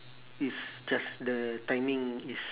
is just the timing is